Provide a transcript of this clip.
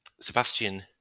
sebastian